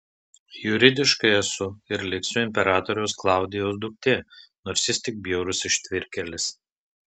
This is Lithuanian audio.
juridiškai esu ir liksiu imperatoriaus klaudijaus duktė nors jis tik bjaurus ištvirkėlis